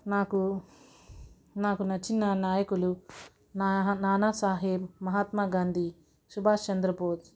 నాకు నాకు నచ్చినా నాయకులు నా నానా సాహెబ్ మహాత్మా గాంధీ సుభాష్ చంద్రబోస్